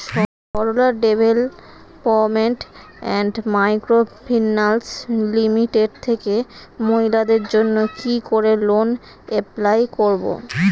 Sarala development and microfinance limited থেকে মহিলাদের জন্য কি করে লোন এপ্লাই করব?